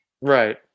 Right